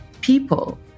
people